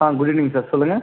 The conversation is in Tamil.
ஆ குட் ஈவினிங் சார் சொல்லுங்கள்